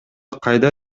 кайда